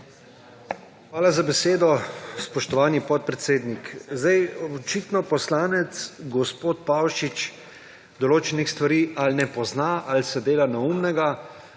Hvala za besedo, spoštovani podpredsednik. Očitno poslanec gospod Pavšič določenih stvari ali ne pozna ali se dela neumnega,